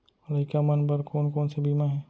लइका मन बर कोन कोन से बीमा हे?